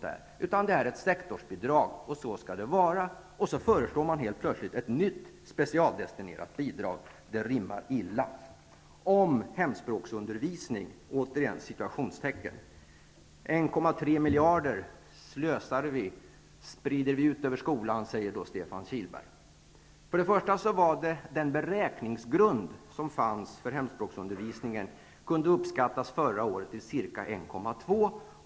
Det är ett sektorsbidrag, och så skall det vara. Sedan föreslår man helt plötsligt ett nytt specialdestinerat bidrag. Det rimmar illa. När det gäller hemspråksundervisningen säger Stefan Kihlberg att vi ''slösar bort och sprider ut'' 1,3 miljarder kronor över skolan. Den beräkningsgrund som fanns för hemspråksundervisningen kunde förra året uppskattas till ca 1,2 miljarder.